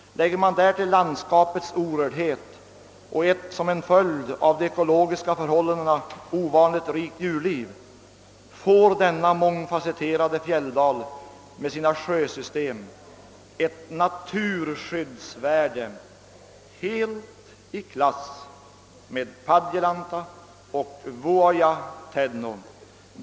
Lägger man därtill landskapets orördhet och ett som en följd av de ekologiska förhållandena ovanligt rikt djurliv får denna mångfacetterade fjälldal med sina sjösystem ett naturskyddsvärde helt i klass med Padjelanta och Vuojatädno.